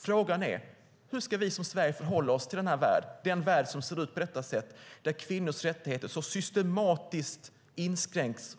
Frågan är: Hur ska vi i Sverige förhålla oss till denna värld - den värld som ser ut på detta sätt och där kvinnors rättigheter systematiskt inskränks